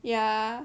yeah